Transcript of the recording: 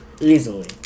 Easily